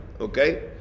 Okay